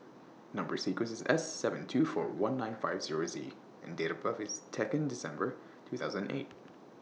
Number sequence IS S seven two four one nine five Zero Z and Date of birth IS Second December two thousand and eight